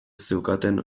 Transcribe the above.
zeukaten